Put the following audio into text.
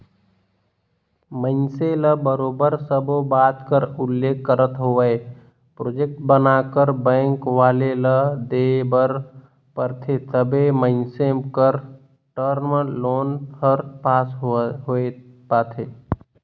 मइनसे ल बरोबर सब्बो बात कर उल्लेख करत होय प्रोजेक्ट बनाकर बेंक वाले ल देय बर परथे तबे मइनसे कर टर्म लोन हर पास होए पाथे